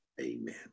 amen